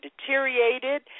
deteriorated